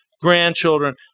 grandchildren